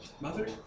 Mother